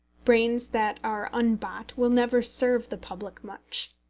brains that are unbought will never serve the public much.